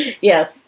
yes